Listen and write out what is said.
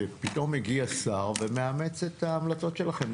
שפתאום מגיע שר ומאמץ את ההמלצות שלכם,